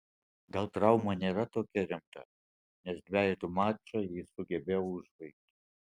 gal trauma nėra tokia rimta nes dvejetų mačą jis sugebėjo užbaigti